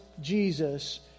Jesus